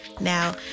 Now